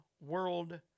world